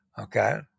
okay